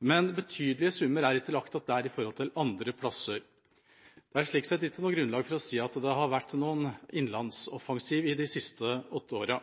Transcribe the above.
men betydelige summer er ikke lagt igjen der i forhold til andre plasser. Det er slik sett ikke noe grunnlag for å si at det har vært noen innlandsoffensiv de siste åtte årene.